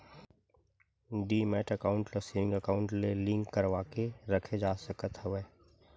demat account ल saving account ले link करवाके रखे जा सकत हवय